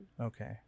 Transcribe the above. Okay